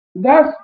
Thus